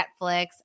Netflix